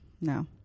no